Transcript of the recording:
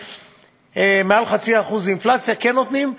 ומעל 0.5% אינפלציה כן נותנים,